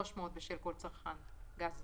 (9ב)